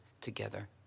together